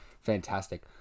Fantastic